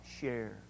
share